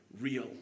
real